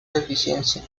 deficiencia